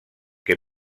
que